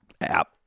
app